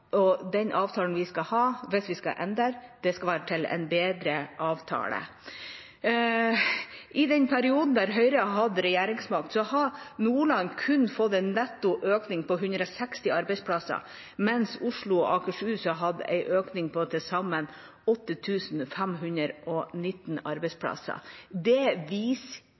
Den avtalen vi skal ha, hvis vi ender der, skal være en bedre avtale. I den perioden da Høyre har hatt regjeringsmakt, har Nordland kun fått en netto økning på 160 arbeidsplasser, mens Oslo og Akershus har hatt en økning på til sammen 8 519 arbeidsplasser. Det viser